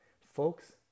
Folks